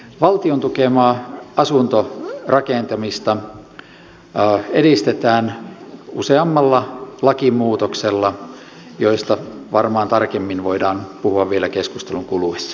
valtion tukemaa asuntorakentamista edistetään useammalla lakimuutoksella joista varmaan tarkemmin voidaan puhua vielä keskustelun kuluessa